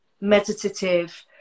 meditative